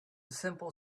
simple